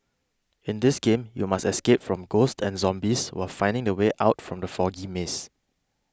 in this game you must escape from ghosts and zombies while finding the way out from the foggy maze